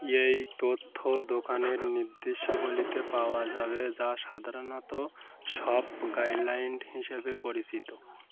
এই তথ্য দোকানের নির্দিষ্ট বলিতে পাওয়া যাবে যা সাধারণত শপ গাইডলাইন হিসেবে পরিচিত